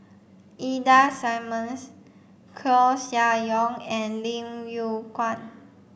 Ida Simmons Koeh Sia Yong and Lim Yew Kuan